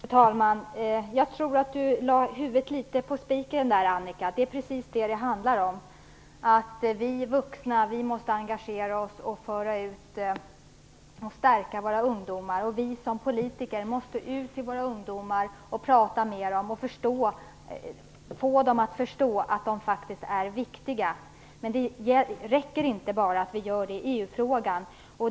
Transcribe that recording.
Fru talman! Jag tror att Annika Nilsson slog huvudet på spiken där. Det är precis detta det handlar om. Vi vuxna måste engagera oss och stärka våra ungdomar. Vi politiker måste ut till våra ungdomar, prata med dem och få dem att förstå att de faktiskt är viktiga. Det räcker inte att vi bara gör det i EU-frågan.